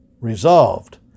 Resolved